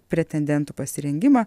pretendentų pasirengimą